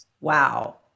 wow